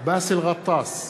באסל גטאס,